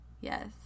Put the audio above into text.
Yes